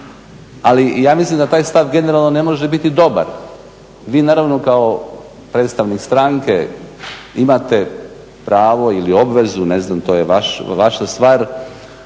Ali ja mislim da taj stav generalno ne može biti dobar. Vi naravno kao predstavnik stranke imate pravo ili obvezu, ne znam to je vaša stvar